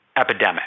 epidemic